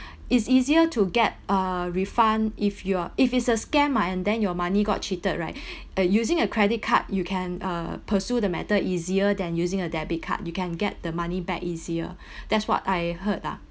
it's easier to get a refund if you're if it's a scam ah and then your money got cheated right uh using a credit card you can uh pursue the matter easier than using a debit card you can get the money back easier that's what I heard lah